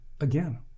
again